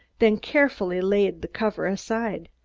then carefully laid the cover aside.